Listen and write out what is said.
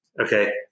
Okay